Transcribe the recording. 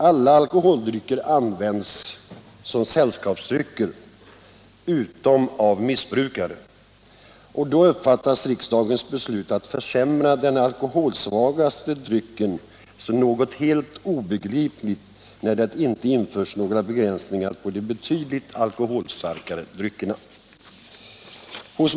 Alla alkoholdrycker används som sällskapsdrycker — utom av missbrukare — och då uppfattas riksdagens beslut att försämra den alkoholsvagaste drycken som något helt obegripligt, när det inte införs några begränsningar på de betydligt alkoholstarkare dryckerna.